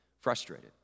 frustrated